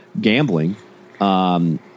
gambling